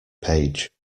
page